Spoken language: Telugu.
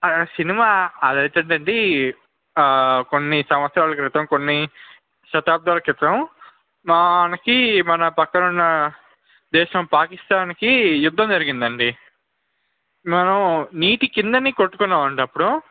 ఆ సినిమా అది అయితే అండి ఆ కొన్ని సంవత్సరాల క్రితం కొన్ని శతాబ్దాల క్రితం మనకి మన పక్కన ఉన్న దేశం పాకిస్థాన్కి యుద్ధం జరిగింది అండి మనం నీటి క్రింద కొట్టుకున్నాము అండి అప్పుడు